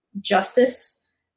justice